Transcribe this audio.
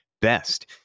best